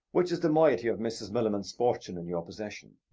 which is the moiety of mrs. millamant's fortune in your possession,